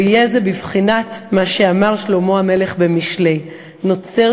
ויהיה זה בבחינת מה שאמר שלמה המלך במשלי: "נוצר